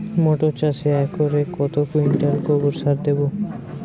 মটর চাষে একরে কত কুইন্টাল গোবরসার দেবো?